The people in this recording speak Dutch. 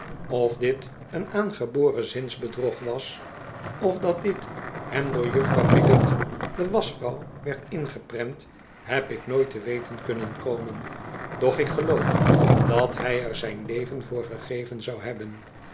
of dit een aangeboren zinsbedrog was of dat dit hem door juffrouw miggot de waschvrouw werd ingeprent heb ik nooit te weten kunnen komen doch ik geloof dat hij er zijn leven voor gegeven zou hebben